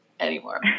Anymore